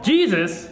Jesus